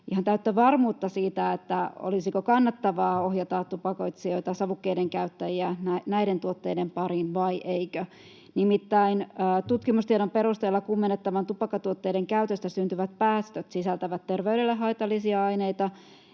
täyttä varmuutta siitä, olisiko kannattavaa ohjata tupakoitsijoita, savukkeiden käyttäjiä, näiden tuotteiden pariin vaiko ei. Nimittäin tutkimustiedon perusteella kuumennettavien tupakkatuotteiden käytöstä syntyvät päästöt sisältävät terveydelle haitallisia aineita,